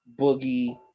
Boogie